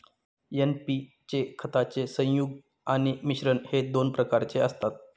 NP चे खताचे संयुग आणि मिश्रण हे दोन प्रकारचे असतात